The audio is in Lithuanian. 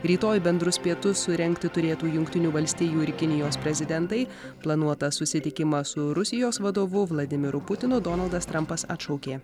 rytoj bendrus pietus surengti turėtų jungtinių valstijų ir kinijos prezidentai planuotą susitikimą su rusijos vadovu vladimiru putinu donaldas trumpas atšaukė